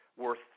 worth